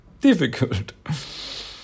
difficult